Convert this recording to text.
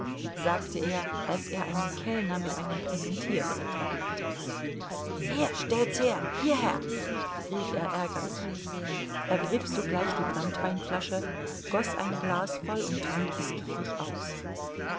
sagte er als er einen kellner mit einem präsentierbrett erblickte hier stell's her hierher rief er ärgerlich ergriff sogleich die branntweinflasche goß ein glas voll und trank es gierig aus